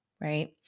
right